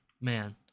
Man